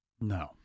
No